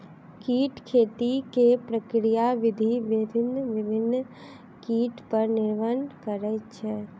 कीट खेती के प्रक्रिया विधि भिन्न भिन्न कीट पर निर्भर करैत छै